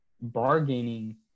bargaining